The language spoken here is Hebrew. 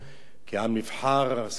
כעם נבחר, אסור לנו לשכוח.